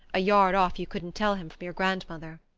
a yard off you couldn't tell him from your grandmother!